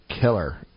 killer